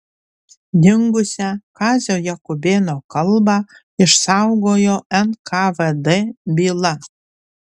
dingusią kazio jakubėno kalbą išsaugojo nkvd byla